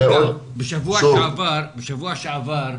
בשבוע שעבר,